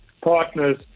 partners